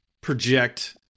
project